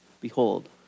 Behold